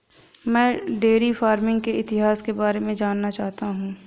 मैं dairy farming के इतिहास के बारे में जानना चाहता हूं